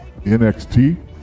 NXT